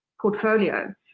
portfolio